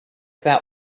that